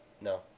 No